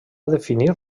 definir